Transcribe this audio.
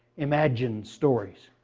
imagined stories.